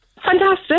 Fantastic